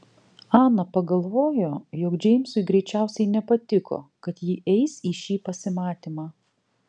ana pagalvojo jog džeimsui greičiausiai nepatiko kad ji eis į šį pasimatymą